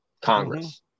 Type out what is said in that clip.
Congress